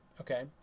okay